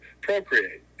procreate